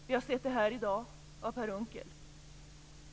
Vi har sett det här i dag av Per Unckel.